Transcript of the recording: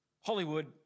Hollywood